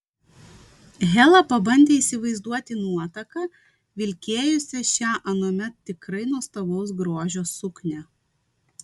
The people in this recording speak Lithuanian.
hela pabandė įsivaizduoti nuotaką vilkėjusią šią anuomet tikrai nuostabaus grožio suknią